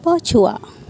ପଛୁଆ